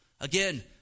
again